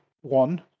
one